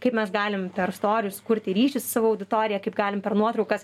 kaip mes galim per storius kurti ryšį su savo auditoriją kaip galim per nuotraukas